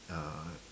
uh